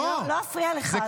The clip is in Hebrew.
לא אפריע לך, אדוני השר.